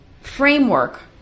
framework